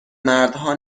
مردها